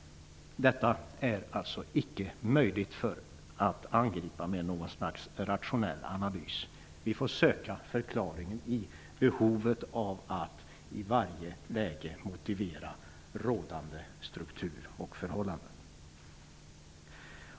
Detta är icke möjligt att angripa med någon slags rationell analys. Vi får söka förklaringen i behovet av att i varje läge motivera rådande sturkturförhållanden.